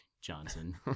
Johnson